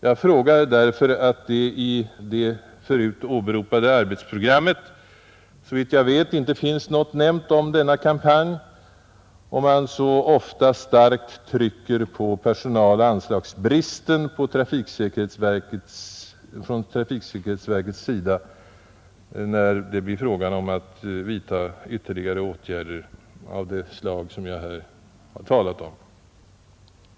Jag frågar därför att i det förut åberopade arbetsprogrammet så vitt jag vet inte finns något nämnt om denna kampanj och man så ofta starkt trycker på personaloch anslagsbristen från trafiksäkerhetsverkets sida när det blir fråga om att vidta ytterligare åtgärder av det slag som jag här har talat om.